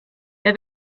der